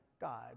God